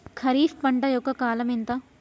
ఖరీఫ్ పంట యొక్క కాలం ఎంత?